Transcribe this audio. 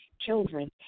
Children